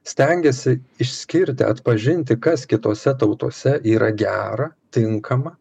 stengiasi išskirti atpažinti kas kitose tautose yra gera tinkama